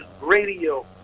radio